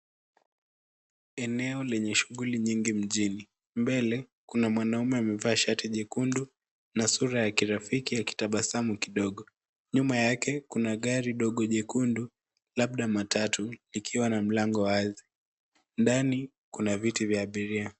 Eneo lenye shughuli nyingi mjini. Mbele, kuna mwanaume amevaa shati jekundu na sura ya kirafiki akitabasamu kidogo. Nyuma yake kuna gari dogo jekundu labda matatu, likiwa na mlango wazi. Ndani kuna viti vya abiria.